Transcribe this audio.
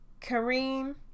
Kareem